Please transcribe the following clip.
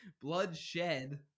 Bloodshed